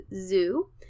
zoo